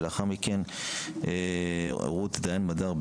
ולאחר מכן רות דיין מדר,